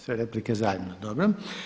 Sve replike zajedno, dobro.